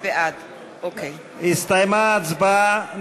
בעד הסתיימה ההצבעה.